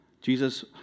Jesus